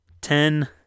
ten